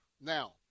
Now